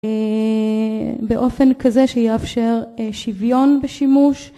באופן כזה שיאפשר שוויון בשימוש.